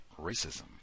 racism